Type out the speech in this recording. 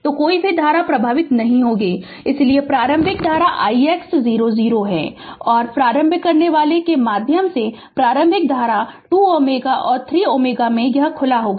तो कोई भी धारा प्रवाहित नहीं होगी इसलिए प्रारंभिक धारा ix 0 0 है और प्रारंभ करनेवाला के माध्यम से प्रारंभिक धारा 2 Ω है और 3 Ω यह खुला होगा